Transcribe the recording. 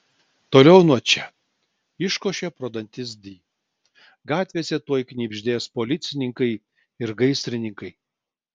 toliau nuo čia iškošė pro dantis di gatvėse tuoj knibždės policininkai ir gaisrininkai